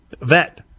Vet